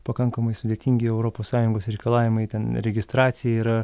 pakankamai sudėtingi europos sąjungos reikalavimai ten registracija yra